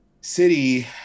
city